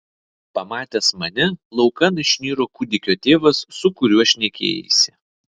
pamatęs mane laukan išniro kūdikio tėvas su kuriuo šnekėjaisi